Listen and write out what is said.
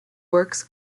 works